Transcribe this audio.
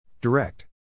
Direct